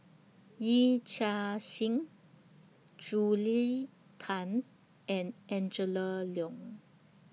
Yee Chia Hsing Julia Tan and Angela Liong